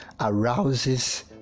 arouses